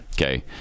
okay